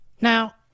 Now